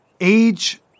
age